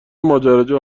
ماجراجو